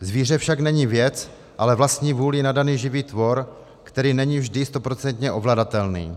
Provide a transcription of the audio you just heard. Zvíře však není věc, ale vlastní vůlí nadaný živý tvor, který není vždy stoprocentně ovladatelný.